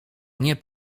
nie